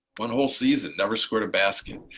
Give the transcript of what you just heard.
one whole season, never scored a basket,